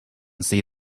see